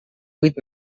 vuit